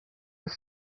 his